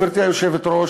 גברתי היושבת-ראש,